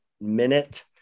minute